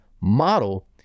model